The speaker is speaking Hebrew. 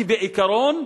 בעיקרון,